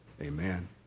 Amen